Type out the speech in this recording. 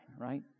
Right